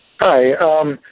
Hi